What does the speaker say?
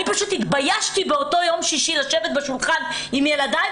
אני פשוט התביישתי באותו יום שישי לשבת בשולחן עם ילדיי